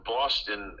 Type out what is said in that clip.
Boston